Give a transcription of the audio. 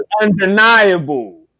undeniable